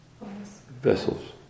vessels